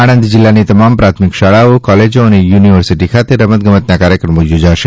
આણંદ જીલ્લાની તમામ પ્રાથમિક શાળાઓ કોલેજો અને યુનિવર્સીટી ખાતે રમત ગમતના કાર્યક્રમો યોજાશે